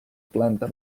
planta